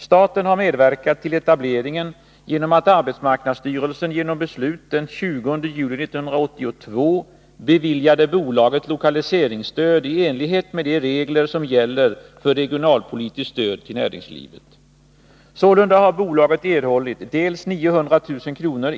Staten har medverkat till etableringen genom att arbetsmarknadsstyrelsen genom beslut den 20 juli 1982 beviljade bolaget lokaliseringsstöd i enlighet med de regler som gäller för regionalpolitiskt stöd till näringslivet. Sålunda har bolaget erhållit dels 900 000 kr.